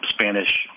Spanish